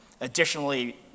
additionally